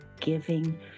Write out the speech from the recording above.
giving